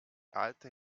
alte